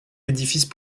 édifice